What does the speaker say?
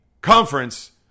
conference